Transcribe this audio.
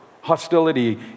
hostility